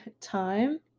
time